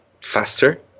faster